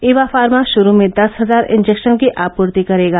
Eva Pharma शुरू में दस हजार इंजेक्शन की आपूर्ति करेगा